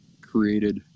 created